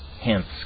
hence